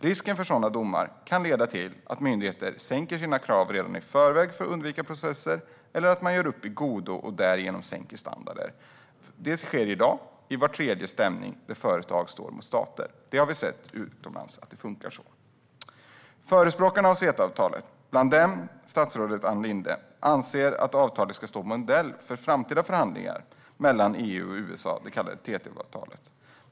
Risken att få sådana domar kan leda till att myndigheter sänker sina krav redan i förväg för att undvika processer eller att man gör upp i godo och därigenom sänker standarder. Detta sker i dag vid var tredje stämning där företag står mot stater. Vi har sett att det funkar så utomlands. Förespråkarna för CETA-avtalet, bland dem statsrådet Ann Linde, anser att avtalet ska stå modell för framtida förhandlingar mellan EU och USA om det så kallade TTIP-avtalet.